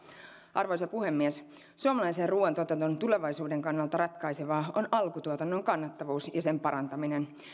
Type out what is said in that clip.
arvoisa puhemies suomalaisen ruuantuotannon tulevaisuuden kannalta ratkaisevaa on alkutuotannon kannattavuus ja sen parantaminen